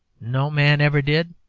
no man ever did,